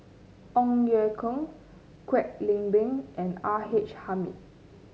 Ong Ye Kung Kwek Leng Beng and R H Hamid